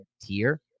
tier